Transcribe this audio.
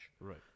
Right